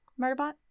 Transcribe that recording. Murderbot